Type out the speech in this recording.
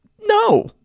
No